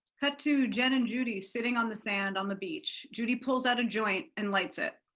cut to jen and judy sitting on the sand on the beach. judy pulls out a joint and lights it.